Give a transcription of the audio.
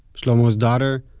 shlomo's daughter,